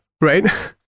right